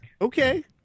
Okay